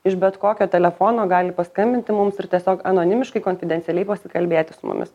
iš bet kokio telefono gali paskambinti mums ir tiesiog anonimiškai konfidencialiai pasikalbėti su mumis